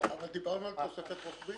אבל דיברנו על תוספת רוחבית.